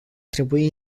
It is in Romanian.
trebui